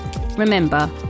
Remember